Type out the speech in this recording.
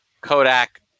Kodak